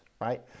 right